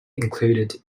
included